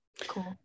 Cool